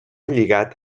lligat